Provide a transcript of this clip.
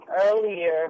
earlier